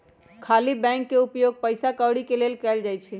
खाली बैंक के उपयोग पइसा कौरि के लेल कएल जाइ छइ